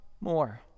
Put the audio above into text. more